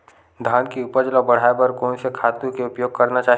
धान के उपज ल बढ़ाये बर कोन से खातु के उपयोग करना चाही?